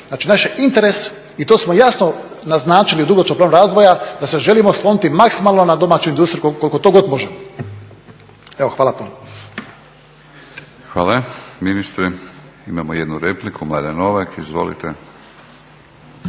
Znači naš je interes i to smo jasno naznačili u dugoročnom planu razvoja da se želimo osloniti maksimalno na domaću industriju koliko to god možemo. Hvala puno. **Batinić, Milorad (HNS)** Hvala ministre. Imamo jednu repliku, Mladen Novak. Izvolite.